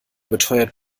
beteuert